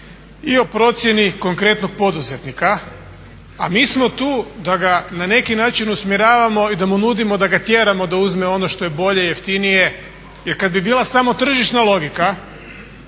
i o procjeni konkretnog poduzetnika, a mi smo tu da ga na neki način usmjeravamo i da mu nudimo da ga tjeramo da uzme ono što je bolje, jeftinije. Jer kad bi bila samo tržišna logika,